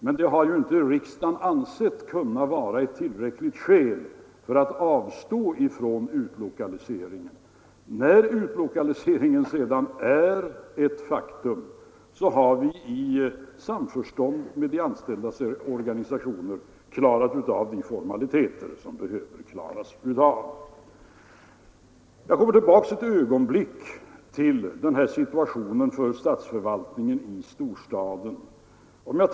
Men riksdagen har inte kunnat anse det vara ett tillräckligt skäl för att avstå från utlokalisering. När utlokaliseringen sedan är ett faktum har vi i samförstånd med de anställdas organisationer klarat av de formaliteter som behöver klaras av. Jag skall för ett ögonblick gå tillbaka till situationen för statsförvaltningen i storstaden.